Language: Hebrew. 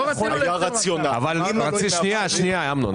אמנון,